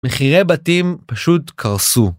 ‫מחירי בתים פשוט קרסו.